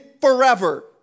forever